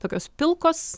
tokios pilkos